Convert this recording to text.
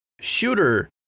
shooter